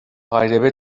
gairebé